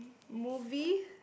movie